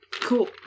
Cool